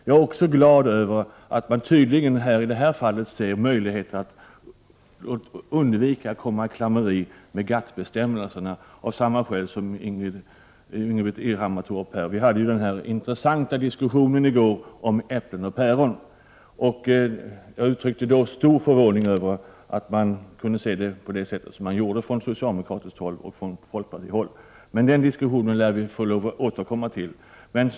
Jag är också glad över att det tydligen blir möjligt att undvika att komma i klammeri med GATT-bestämmelserna, som Ingbritt Irhammar också påpekade. Vi hade i går en intressant diskussion om äpplen och päron. Jag uttryckte då stor förvåning över att socialdemokraterna och folkpartiet kunde se på det sätt som de gör. Men den diskussionen lär vi få återkomma till.